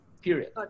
period